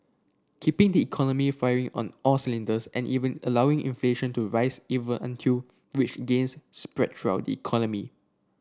keeping the economy firing on all cylinders and even allowing inflation to rise even until wage gains spread throughout economy